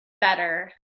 better